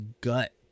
gut